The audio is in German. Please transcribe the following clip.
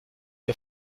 ihr